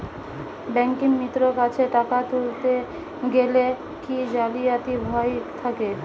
ব্যাঙ্কিমিত্র কাছে টাকা তুলতে গেলে কি জালিয়াতির ভয় থাকে?